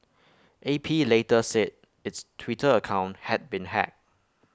A P later said its Twitter account had been hacked